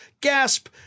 gasp